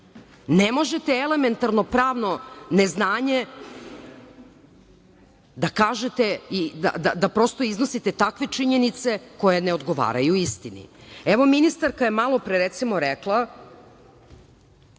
Ne možete elementarno pravno neznanje da prosto iznosite takve činjenice koje ne odgovaraju istini. Ministarka je malopre rekla,